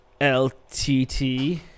LTT